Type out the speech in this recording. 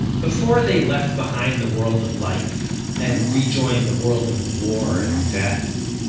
before they left behind the world of life and rejoined the world of war and death,